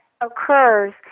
occurs